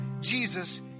Jesus